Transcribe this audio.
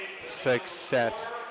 success